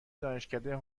دانشکده